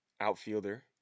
outfielder